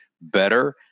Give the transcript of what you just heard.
better